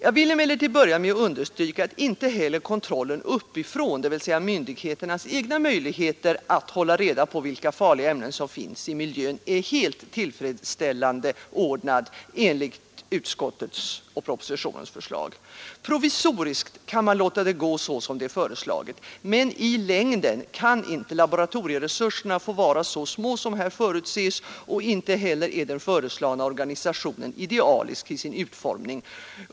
Jag vill emellertid börja med att understryka att inte heller kontrollen uppifrån, dvs. myndigheternas egna möjligheter att hålla reda på vilka farliga ämnen som finns i miljön, är helt tillfredsställande ordnad enligt utskottets och propositionens förslag. Provisoriskt kan man låta det gå så som det är föreslaget, men i längden kan inte laboratorieresurserna få vara så små som här förutses, och inte heller är den föreslagna organisationen idealisk till sin utformning.